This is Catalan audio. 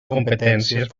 competències